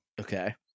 Okay